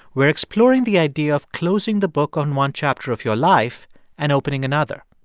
we're exploring the idea of closing the book on one chapter of your life and opening another.